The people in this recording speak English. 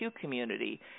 community